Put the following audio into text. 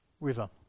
river